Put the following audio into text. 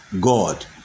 God